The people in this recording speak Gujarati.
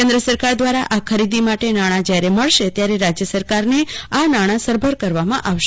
કેન્દ્ર સરકાર દ્વારા આ ખરીદી માટે નાણાં જ્યારે મળશે ત્યારે રાજ્ય સરકારને આ નાણા સરભર કરવામાં આવશે